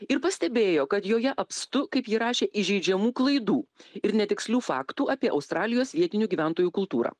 ir pastebėjo kad joje apstu kaip ji rašė įžeidžiamų klaidų ir netikslių faktų apie australijos vietinių gyventojų kultūrą